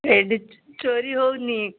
ଏଡ଼ି ଚୋରି ହଉନି